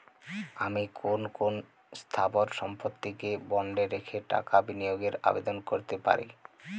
আমি কোন কোন স্থাবর সম্পত্তিকে বন্ডে রেখে টাকা বিনিয়োগের আবেদন করতে পারি?